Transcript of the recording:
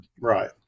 Right